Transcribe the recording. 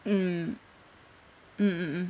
mm mm mm mm